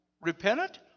Repentant